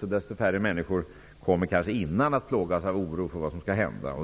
Desto färre människor kommer också innan en sådan situation inträffar plågas av oro för vad som skall hända.